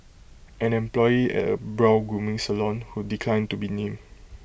an employee at A brow grooming salon who declined to be named